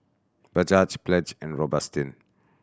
Bajaj Pledge and Robitussin